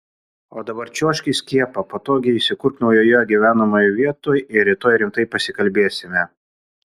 o dabar čiuožk į skiepą patogiai įsikurk naujoje gyvenamoje vietoj ir rytoj rimtai pasikalbėsime